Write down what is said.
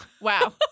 Wow